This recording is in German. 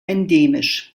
endemisch